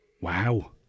Wow